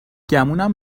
گمونم